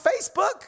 Facebook